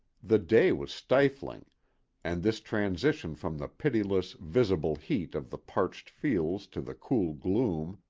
the day was stifling and this transition from the pitiless, visible heat of the parched fields to the cool gloom,